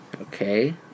Okay